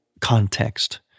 context